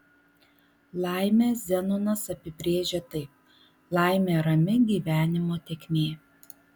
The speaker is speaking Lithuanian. laimę zenonas apibrėžė taip laimė rami gyvenimo tėkmė